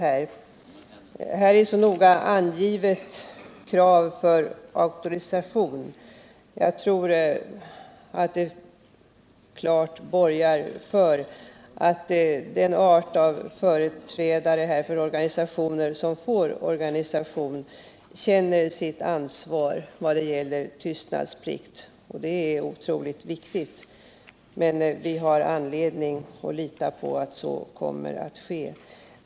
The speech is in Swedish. Kraven för auktorisation är här så noga angivna, att jag tror att det borgar för att företrädarna för de organisationer som får auktorisation känner sitt ansvar när det gäller tystnadsplikten. Det är otroligt viktigt. Vi har anledning att lita på att så kommer att ske.